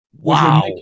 Wow